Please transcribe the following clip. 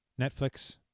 Netflix